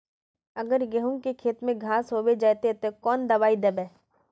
अगर गहुम के खेत में घांस होबे जयते ते कौन दबाई दबे?